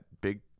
big